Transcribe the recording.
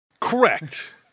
Correct